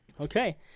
Okay